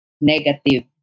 negative